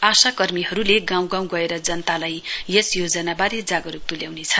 आशा कर्मीहरूले गाउँ गाउँ गएर जनतालाई यस योजनावारे जागरूक तुल्याउने छन्